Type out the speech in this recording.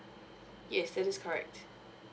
yes that is correct